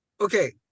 Okay